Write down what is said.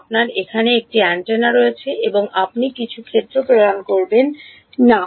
আপনার এখানে একটি অ্যান্টেনা রয়েছে এবং আপনি কিছু ক্ষেত্র প্রেরণ করবেন না